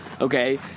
okay